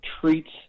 treats